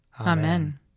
Amen